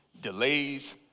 delays